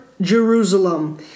Jerusalem